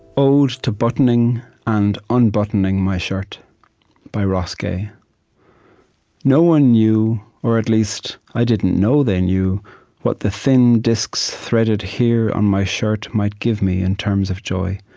ode to buttoning and unbuttoning my shirt by ross gay no one knew or at least i didn't know they knew what the thin disks threaded here on my shirt might give me in terms of joy